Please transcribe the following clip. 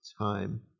time